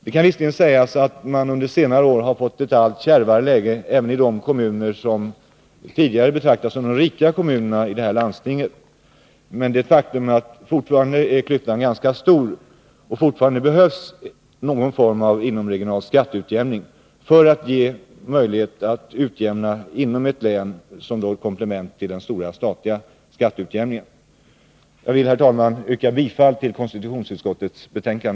Det kan visserligen sägas att man under senare år har fått ett allt kärvare läge även ide kommuner som tidigare har betraktats som rika kommuner i det här landstinget, men fortfarande är klyftan ganska stor och fortfarande behövs det någon form av inomregional skatteutjämning. Jag vill, herr talman, yrka bifall till utskottets hemställan.